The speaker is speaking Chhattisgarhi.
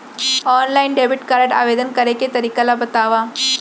ऑनलाइन डेबिट कारड आवेदन करे के तरीका ल बतावव?